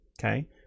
okay